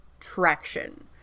traction